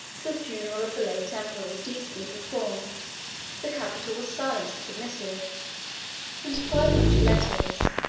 the funeral of the late emperor was decently performed the capital was silent and submissive and five hundred letters,